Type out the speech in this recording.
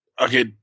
okay